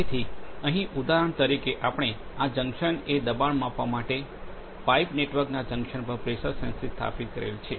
જેથી અહીં ઉદાહરણ તરીકે આપણે આ જૂંકશનએ દબાણ માપવા માટે પાઇપ નેટવર્કના જંકશન પર પ્રેશરદબાણ સેન્સર સ્થાપિત કરેલ છે